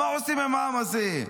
אז מה עושים עם העם הזה?